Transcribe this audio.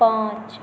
पाँच